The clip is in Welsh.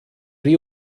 rhy